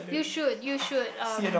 you should you should um